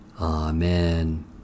Amen